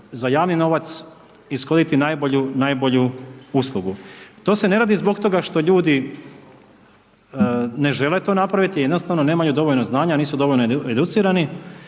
za javni novac ishoditi najbolju, najbolju uslugu. To se ne radi zbog toga što ljudi ne žele to napraviti, jednostavno nemaju dovoljno znanja nisu dovoljno educirani.